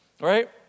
right